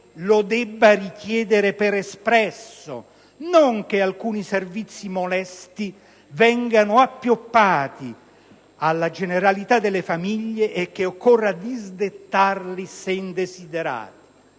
lo debba richiedere espressamente; non che alcuni servizi molesti vengano appioppati alla generalità delle famiglie e che occorra disdettarli se indesiderati.